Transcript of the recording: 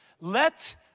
let